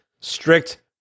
strict